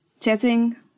chatting